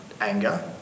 anger